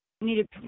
needed